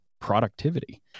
productivity